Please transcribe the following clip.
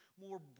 more